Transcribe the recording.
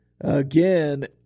Again